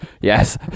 Yes